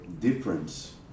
difference